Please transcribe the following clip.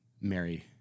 Mary